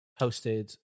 hosted